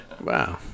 Wow